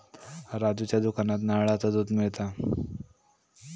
राजूच्या दुकानात नारळाचा दुध मिळता